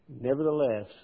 Nevertheless